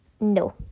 No